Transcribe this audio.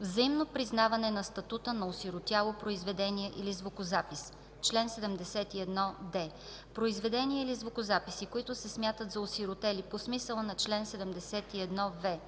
Взаимно признаване на статута на осиротяло произведение или звукозапис Чл. 71д. Произведения или звукозаписи, които се смятат за осиротели по смисъла на чл. 71в